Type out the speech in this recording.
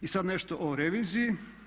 I sada nešto o reviziji.